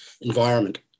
environment